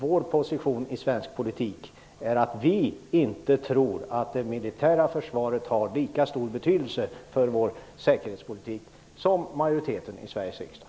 Vår position i svensk politik är att vi inte tror att det militära försvaret har så stor betydelse för vår säkerhetspolitik som majoriteten i Sveriges riksdag tror.